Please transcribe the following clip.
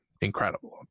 incredible